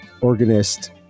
organist